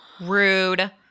Rude